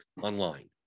online